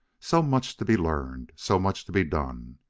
so much to be learned so much to be done!